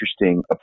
interesting